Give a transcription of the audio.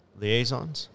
liaisons